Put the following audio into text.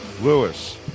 Lewis